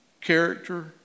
character